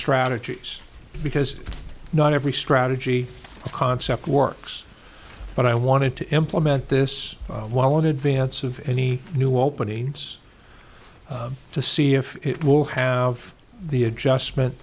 strategies because not every strategy concept works but i wanted to implement this while in advance of any new openings to see if it will have the adjustment